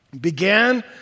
Began